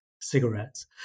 cigarettes